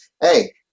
hey